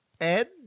Ed